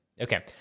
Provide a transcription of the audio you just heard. Okay